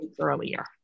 earlier